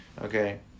Okay